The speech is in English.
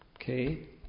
Okay